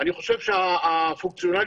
כמובן שיכבדו